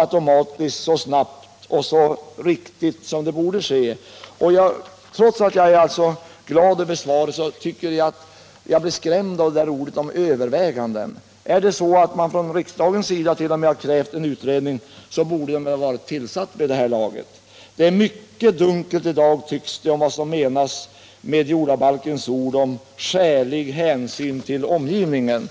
automatiskt, snabbt och korrekt, vilket borde vara fallet. Trots att jag är glad över svaret blir jag skrämd av ordet ”överväganden” i det sammanhang som det används. Om riksdagen t.o.m. har krävt en utredning, borde denna ha varit tillsatt vid det här laget. Det är mycket dunkelt vad som menas med jordabalkens ord om ”skälig hänsyn till omgivningen”.